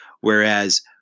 Whereas